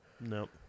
Nope